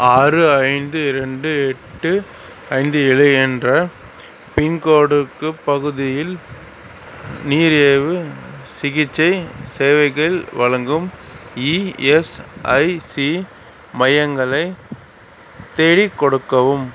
ஆறு ஐந்து இரண்டு எட்டு ஐந்து ஏழு என்ற பின்கோடுக்கு பகுதியில் நீரிழிவு சிகிச்சை சேவைகள் வழங்கும் இஎஸ்ஐசி மையங்களை தேடிக் கொடுக்கவும்